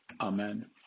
Amen